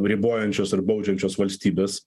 ribojančios ir baudžiančios valstybės